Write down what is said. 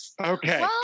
Okay